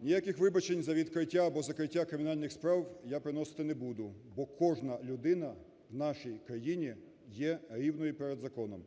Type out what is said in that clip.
ніяких вибачень за відкриття або закриття кримінальних справ я приносити не буду, бо кожна людина в нашій країні є рівною перед законом.